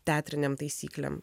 teatrinėm taisyklėm